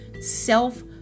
self